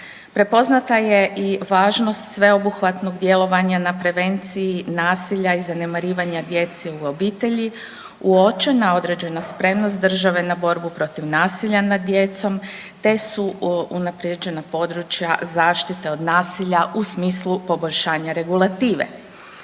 Prepoznata je i važnost sveobuhvatnog djelovanja na prevenciji nasilja i zanemarivanja djece u obitelji, uočena određena spremnost države na borbu protiv nasilja nad djecom te su unaprijeđena područja zaštite od nasilja u smislu poboljšanja regulative.